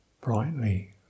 brightly